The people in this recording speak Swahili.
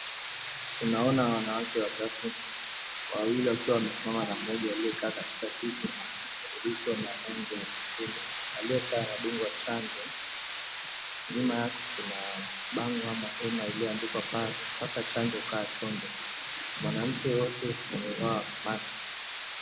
Tunaona wanawake watatu wawili wakiwa wamesimama na mmoja aliykaa katika kiti kilicho na rangi ya nyeupe, aliyekaa anadungwa chanjo, nyuma yake kuna bango ama hema iliyoandikwa, Pata Chanjo Kaa Chonjo. Mwanamke wote wamevaa mask .